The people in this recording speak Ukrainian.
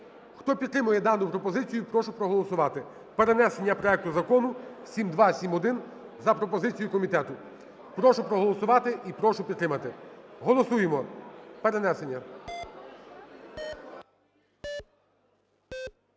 Хто підтримує дану пропозицію, прошу проголосувати перенесення проекту Закону 7271 за пропозицією комітету. Прошу проголосувати і прошу підтримати. Голосуємо перенесення.